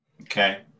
Okay